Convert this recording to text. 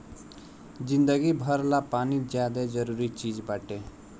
जिंदगी भर ला पानी ज्यादे जरूरी चीज़ बाटे